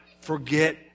forget